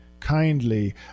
Kindly